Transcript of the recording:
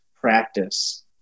practice